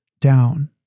down